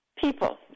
People